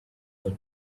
them